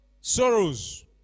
sorrows